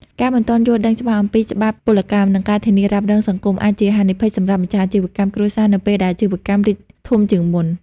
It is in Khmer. ការមិនទាន់យល់ដឹងច្បាស់អំពីច្បាប់ពលកម្ម និងការធានារ៉ាប់រងសង្គម អាចជាហានិភ័យសម្រាប់ម្ចាស់អាជីវកម្មគ្រួសារនៅពេលដែលអាជីវកម្មរីកធំជាងមុន។